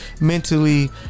mentally